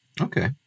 Okay